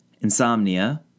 Insomnia